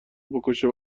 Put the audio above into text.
بکشه